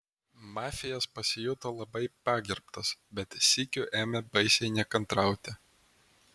mafijas pasijuto labai pagerbtas bet sykiu ėmė baisiai nekantrauti